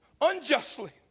unjustly